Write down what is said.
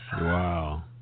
Wow